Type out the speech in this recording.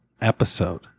episode